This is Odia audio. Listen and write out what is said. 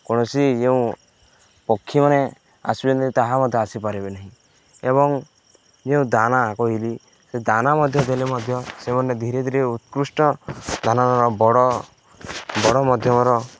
କୌଣସି ଯେଉଁ ପକ୍ଷୀମାନେ ଆସିବ ତାହା ମଧ୍ୟ ଆସିପାରିବେ ନାହିଁ ଏବଂ ଯେଉଁ ଦାନା କହିଲି ସେ ଦାନା ମଧ୍ୟ ଦେଲେ ମଧ୍ୟ ସେମାନେ ଧୀରେ ଧୀରେ ଉତ୍କୃଷ୍ଟ ଦାନା ବଡ଼ ବଡ଼ ମଧ୍ୟମର